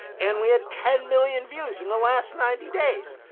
and we had ten million views in the last ninety days.